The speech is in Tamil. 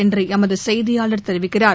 என்றுமதுசெய்தியாளர் தெரிவிக்கிறார்